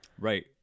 Right